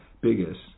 biggest